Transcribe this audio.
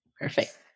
Perfect